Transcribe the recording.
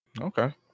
Okay